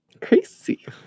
Crazy